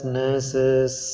nurses